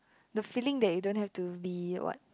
the feeling that you don't have to be what